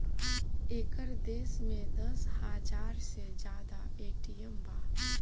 एकर देश में दस हाजार से जादा ए.टी.एम बा